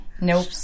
Nope